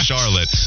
Charlotte